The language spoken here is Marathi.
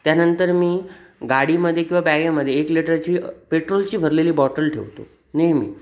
त्यानंतर मी गाडीमध्ये किंवा बॅगेमध्ये एक लिटरची पेट्रोलची भरलेली बॉटल ठेवतो नेहमी